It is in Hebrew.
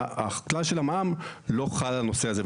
והכלל של המע"מ לא חל על הנושא הזה.